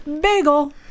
Bagel